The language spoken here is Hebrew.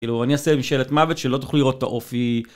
אני עושה משאלת מוות שלא תוכלו לראות את האופי.